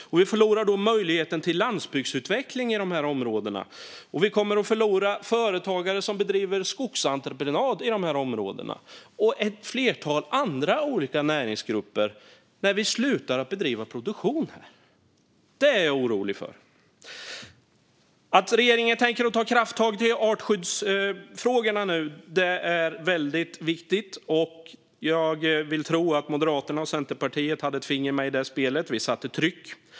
Vi förlorar då möjligheten till landsbygdsutveckling i dessa områden. Vi kommer att förlora företagare som bedriver skogsentreprenad i dessa områden, och ett flertal andra olika näringsgrupper, när vi slutar att bedriva produktion här. Det är jag orolig för. Att regeringen nu tänker ta krafttag i artskyddsfrågorna är väldigt viktigt. Jag vill tro att Moderaterna och Centerpartiet hade ett finger med i det spelet. Vi satte tryck.